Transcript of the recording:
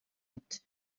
mit